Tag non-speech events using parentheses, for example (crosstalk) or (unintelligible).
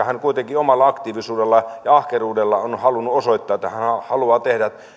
(unintelligible) hän kuitenkin omalla aktiivisuudellaan ja ahkeruudellaan on halunnut osoittaa että hän haluaa tehdä